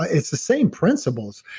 ah it's the same principles.